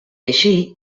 així